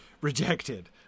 rejected